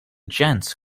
gents